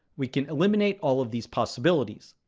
we can eliminate all of these possibilities.